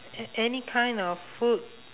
a~ any kind of food